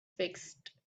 fixed